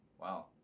wow